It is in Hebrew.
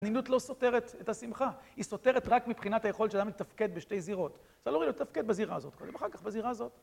אנינות לא סותרת את השמחה, היא סותרת רק מבחינת היכולת של אדם לתפקד בשתי זירות. אתה לא ראוי לתפקד בזירה הזאת קודם, אחר כך בזירה הזאת.